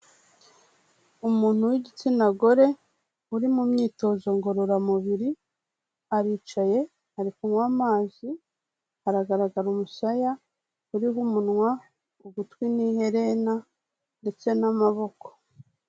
Umuntu w'igitsina gore, uri mu myitozo ngororamubiri aricaye, ari kunywa amazi, aragaragara umusaya uriho umunwa, ugutwi n'ihena ndetse n'amaboko.